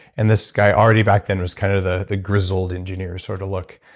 and this guy already back then was kind of the the grizzled engineer sort of look.